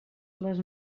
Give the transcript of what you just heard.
les